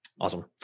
Awesome